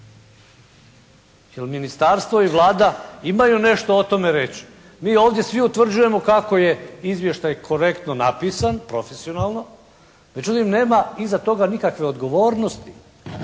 Jel ministarstvo i Vlada imaju nešto o tome reći? Mi ovdje svi utvrđujemo kako je izvještaj korektno napisan, profesionalno međutim nema iza toga nikakve odgovornosti.